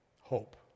Hope